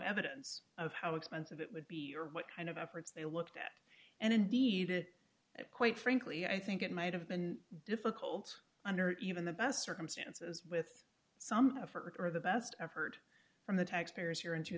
evidence of how expensive it would be or what kind of efforts they looked at and indeed it and quite frankly i think it might have been difficult under even the best circumstances with some of her the best i've heard from the taxpayers here in two